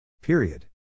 Period